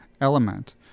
element